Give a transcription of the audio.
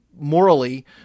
Morally